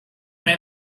may